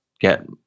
get